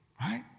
right